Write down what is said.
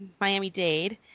Miami-Dade